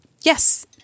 yes